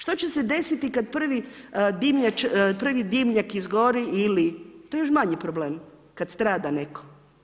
Šta će se desiti kad prvi dimnjak izgori ili to je još manji problem kad strada netko.